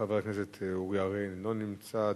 חבר הכנסת אורי אריאל, אינו נמצא.